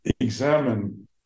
examine